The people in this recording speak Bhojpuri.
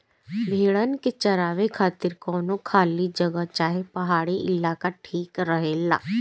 भेड़न के चरावे खातिर कवनो खाली जगह चाहे पहाड़ी इलाका ठीक रहेला